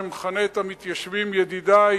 שמכנה את המתיישבים "ידידי",